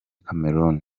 cameroun